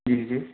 جی جی